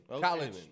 college